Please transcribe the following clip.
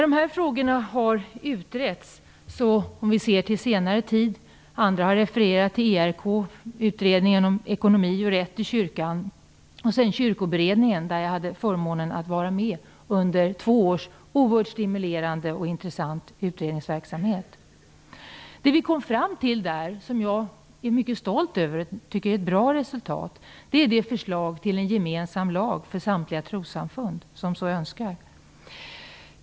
Dessa frågor har utretts under senare tid. Andra talare har refererat till ERK, utredningen om ekonomi och rätt i kyrkan, och Kyrkoberedningen, där jag hade förmånen att vara med under två års oerhört stimulerande och intressant utredningsverksamhet. Det vi där kom fram till, och som jag är mycket stolt över och tycker är ett bra resultat, är förslaget till en gemensam lag för samtliga trossamfund som så önskar.